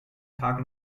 tag